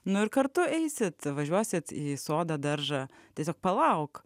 nu ir kartu eisit važiuosit į sodą daržą tiesiog palauk